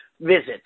visits